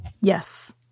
Yes